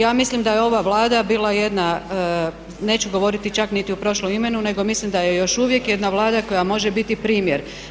Ja mislim da je ova Vlada bila jedna neću govoriti čak niti u prošlom imenu nego mislim da je još uvijek jedna Vlada koja može biti primjer.